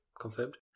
confirmed